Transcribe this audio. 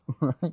Right